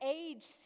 age